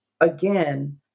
again